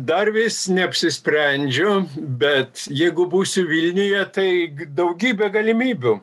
dar vis neapsisprendžiu bet jeigu būsiu vilniuje tai daugybę galimybių